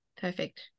Perfect